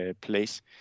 place